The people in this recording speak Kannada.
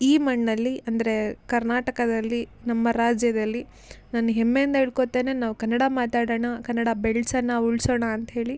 ಈ ಮಣ್ಣಲ್ಲಿ ಅಂದರೆ ಕರ್ನಾಟಕದಲ್ಲಿ ನಮ್ಮ ರಾಜ್ಯದಲ್ಲಿ ನಾನು ಹೆಮ್ಮೆಯಿಂದ ಹೇಳ್ಕೊತೇನೆ ನಾವು ಕನ್ನಡ ಮಾತಾಡೋಣ ಕನ್ನಡ ಬೆಳೆಸೋಣ ಉಳಿಸೋಣ ಅಂತ ಹೇಳಿ